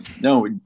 No